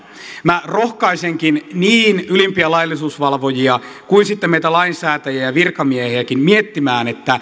minä rohkaisenkin niin ylimpiä laillisuusvalvojia kuin sitten meitä lainsäätäjiä ja virkamiehiäkin miettimään